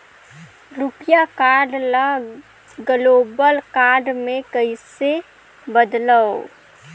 रुपिया कारड ल global card मे कइसे बदलव?